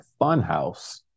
Funhouse